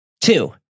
Two